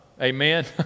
Amen